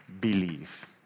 believe